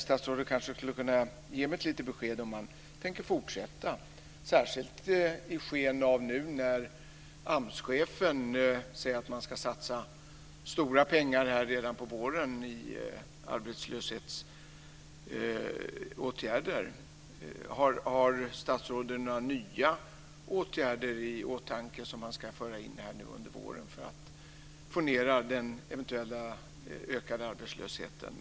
Statsrådet kanske skulle kunna ge mig ett besked om han tänker fortsätta, särskilt i sken av att AMS-chefen nu säger att man redan nu i vår ska satsa stora pengar på arbetslöshetsåtgärder. Har statsrådet några nya åtgärder i åtanke som han ska föra in under våren för att få ned den eventuella ökade arbetslösheten?